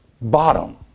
bottom